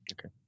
Okay